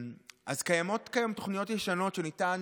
אז קיימות היום תוכניות ישנות שניתן